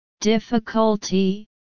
Difficulty